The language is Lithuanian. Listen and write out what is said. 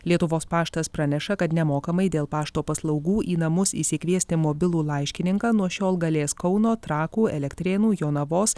lietuvos paštas praneša kad nemokamai dėl pašto paslaugų į namus išsikviesti mobilų laiškininką nuo šiol galės kauno trakų elektrėnų jonavos